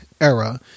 era